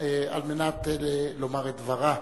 מנת לומר את דברה.